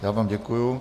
Já vám děkuji.